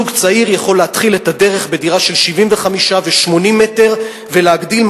זוג צעיר יכול להתחיל את הדרך בדירה של 75 ו-80 מטר ולהגדיל,